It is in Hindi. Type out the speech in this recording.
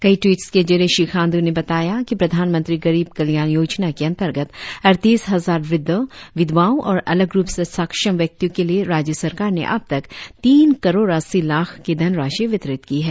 कई ट्वीट्स के जरिए श्री खांड् ने बताया कि प्रधानमंत्री गरीब कल्याण योजना के अंतर्गत अड़तीस हजार वुद्धो विधवाओं और अलग रुप से सक्षम व्यक्तियों के लिए राज्य सरकार ने अबतक तीन करोड़ अस्सी लाख की धनराशि वितरित की है